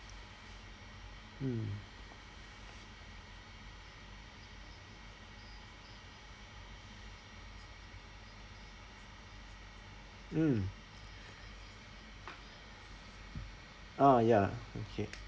mm mm ah ya okay